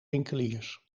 winkeliers